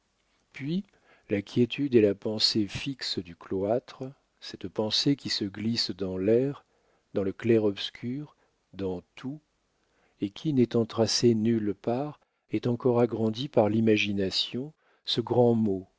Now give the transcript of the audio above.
puis la quiétude et la pensée fixe du cloître cette pensée qui se glisse dans l'air dans le clair-obscur dans tout et qui n'étant tracée nulle part est encore agrandie par l'imagination ce grand mot